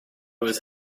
was